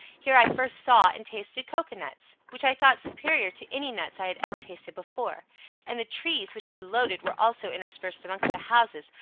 here i first saw and tasted cocoa-nuts, which i thought superior to any nuts i had ever tasted before and the trees, which were loaded, were also interspersed amongst the houses,